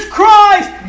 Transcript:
Christ